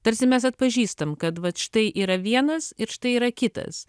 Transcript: tarsi mes atpažįstam kad vat štai yra vienas ir štai yra kitas